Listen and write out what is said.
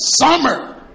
Summer